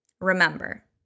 Remember